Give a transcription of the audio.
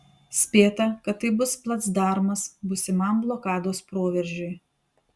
spėta kad tai bus placdarmas būsimam blokados proveržiui